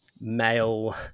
male